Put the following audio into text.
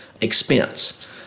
expense